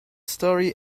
story